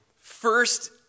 first